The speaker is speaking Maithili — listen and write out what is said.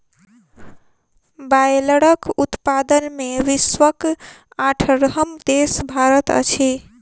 बायलरक उत्पादन मे विश्वक अठारहम देश भारत अछि